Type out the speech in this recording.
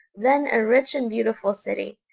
then a rich and beautiful city,